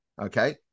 Okay